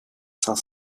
cinq